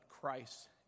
Christ